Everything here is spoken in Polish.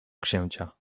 księcia